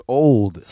old